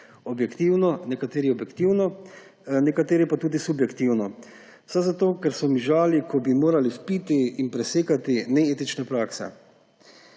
objektivno, nekateri objektivno, nekateri pa tudi subjektivno, vse zato, ker so mižali, ko bi morali vpiti in presekati neetične prakse.